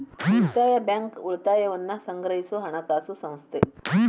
ಉಳಿತಾಯ ಬ್ಯಾಂಕ್, ಉಳಿತಾಯವನ್ನ ಸಂಗ್ರಹಿಸೊ ಹಣಕಾಸು ಸಂಸ್ಥೆ